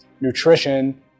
nutrition